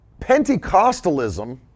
Pentecostalism